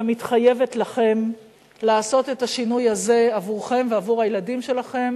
ומתחייבת לכם לעשות את השינוי הזה עבורכם ועבור הילדים שלכם,